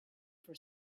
for